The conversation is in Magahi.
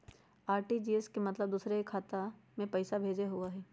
आर.टी.जी.एस के मतलब दूसरे के खाता में पईसा भेजे होअ हई?